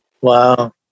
Wow